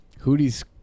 Hootie's